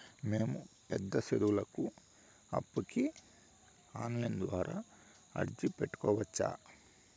మేము పెద్ద సదువులకు అప్పుకి ఆన్లైన్ ద్వారా అర్జీ పెట్టుకోవచ్చా?